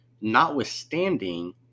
notwithstanding